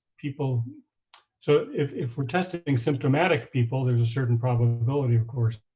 people so if if we're testing symptomatic people, there's a certain probability, of course,